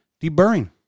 deburring